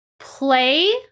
Play